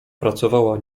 pracowała